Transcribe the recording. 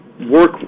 work